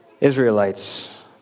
Israelites